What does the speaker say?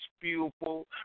beautiful